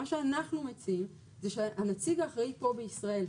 מה שאנחנו מציעים הוא שהנציג האחראי פה בישראל,